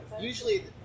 usually